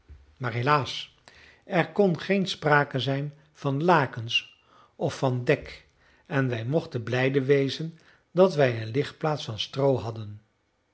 maar helaas er kon geen sprake zijn van lakens of van dek en wij mochten blijde wezen dat wij een ligplaats van stroo hadden